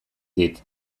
dit